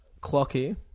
Clocky